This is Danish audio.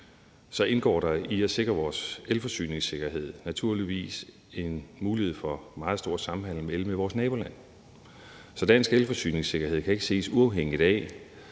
indgår der i at sikre vores elforsyningssikkerhed naturligvis en mulighed for meget stor samhandel med el med vores nabolande. Så dansk elforsyningssikkerhed kan ikke ses uafhængigt af